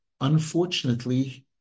unfortunately